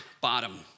bottom